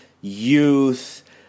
youth